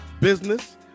business